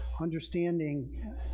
understanding